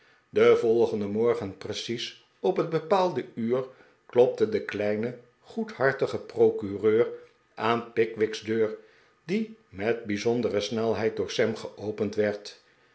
den volgenden morgen precies op het bepaalde uur klopte de kleine goedhartige procureur aan pickwick's deur die met bijzondere snelheid door sam geopend werd